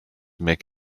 mick